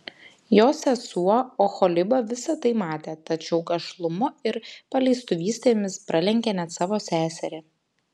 jos sesuo oholiba visa tai matė tačiau gašlumu ir paleistuvystėmis pralenkė net savo seserį